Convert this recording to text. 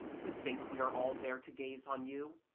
who think we are all there to gaze on you,